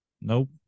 Nope